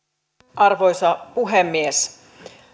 arvoisa puhemies